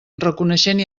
reconeixent